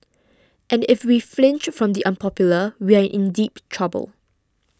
and if we flinch from the unpopular we are in deep trouble